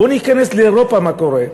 בוא ניכנס לאירופה, מה קורה?